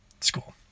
school